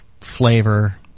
flavor